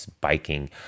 biking